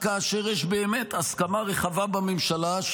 רק כאשר יש באמת הסכמה רחבה בממשלה,